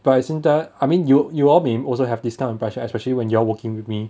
but at the same time I mean you you all may also have this kind of impression especially when you're working with me